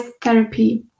therapy